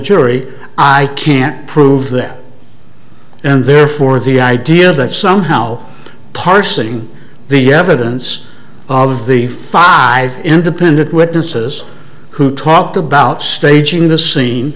jury i can't prove that and therefore the idea that somehow parsing the evidence of the five independent witnesses who talked about staging the scene